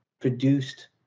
produced